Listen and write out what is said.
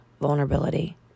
vulnerability